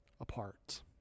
apart